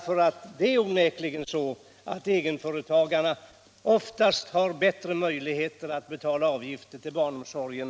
För det är onekligen så att egenföretagarna oftast har bättre möjligheter än andra att betala avgifter till barnomsorgen.